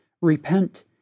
repent